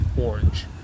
orange